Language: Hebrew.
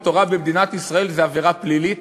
תורה במדינת ישראל זה עבירה פלילית?